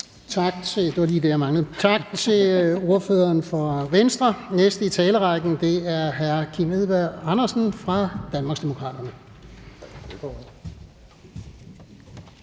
Tak til ordføreren fra Venstre. Næste i talerrækken er hr. Kim Edberg Andersen fra Danmarksdemokraterne.